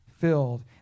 filled